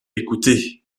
écoutée